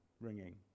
ringing